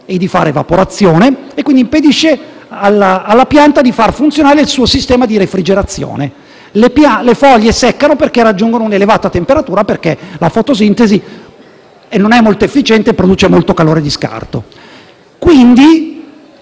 e di far evaporazione, quindi di fatto impedisce alla pianta di far funzionare il suo sistema di refrigerazione. Le foglie seccano perché raggiungono un'elevata temperatura in quanto la fotosintesi non è molto efficiente e produce molto calore di scarto.